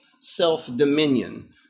self-dominion